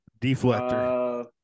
Deflector